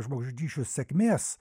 žmogžudysčių sėkmės